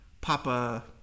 Papa